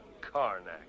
Karnak